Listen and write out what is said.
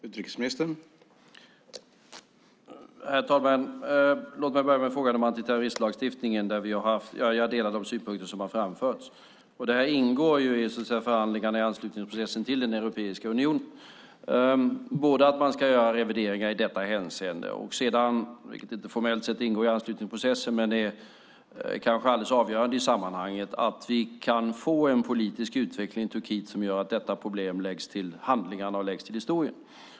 Herr talman! Låt mig börja med frågan om antiterroristlagstiftningen. Jag delar de synpunkter som har framförts. Det ingår i förhandlingarna i anslutningsprocessen till den europeiska unionen att man ska göra revideringar i detta hänseende. Det ingår formellt sett inte i anslutningsprocessen, men det är kanske alldeles avgörande i sammanhanget att vi kan få en politisk utveckling i Turkiet som gör att detta problem läggs till handlingarna och historien.